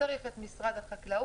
צריך את משרד החקלאות,